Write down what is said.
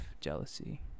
jealousy